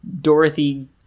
Dorothy